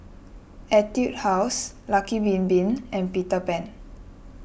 Etude House Lucky Bin Bin and Peter Pan